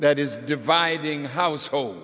that is dividing household